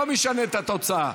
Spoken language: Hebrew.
לא משנה את התוצאה.